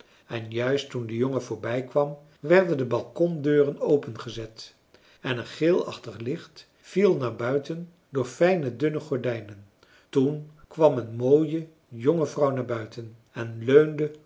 en juist toen de jongen voorbijkwam werden de balkondeuren opengezet en een geelachtig licht viel naar buiten door fijne dunne gordijnen toen kwam een mooie jonge vrouw naar buiten en leunde